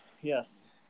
yes